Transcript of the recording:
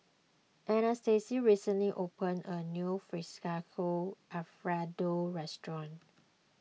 Anastacia recently opened a new Fettuccine Alfredo restaurant